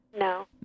No